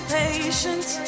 patience